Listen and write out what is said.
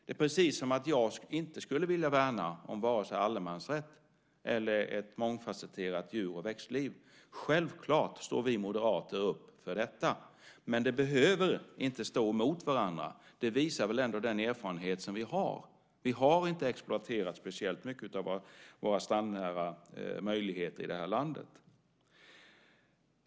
Det är precis som att jag inte skulle vilja värna om vare sig allemansrätt eller ett mångfasetterat djur och växtliv. Självfallet står vi moderater upp för detta. Men det behöver inte stå emot varandra. Det visar den erfarenhet som vi har. Vi har inte exploaterat speciellt mycket av våra strandnära möjligheter i det här landet.